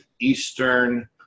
Eastern